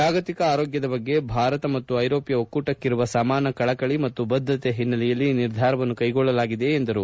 ಜಾಗತಿಕ ಆರೋಗ್ಯದ ಬಗ್ಗೆ ಭಾರತ ಮತ್ತು ಐರೋಪ್ಯ ಒಕ್ಕೂಟಕ್ಕಿರುವ ಸಮಾನ ಕಳಕಳಿ ಮತ್ತು ಬದ್ಧಕೆ ಹಿನ್ನೆಲೆಯಲ್ಲಿ ಈ ನಿರ್ಧಾರವನ್ನು ಕೈಗೊಳ್ಳಲಾಗಿದೆ ಎಂದರು